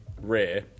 Rare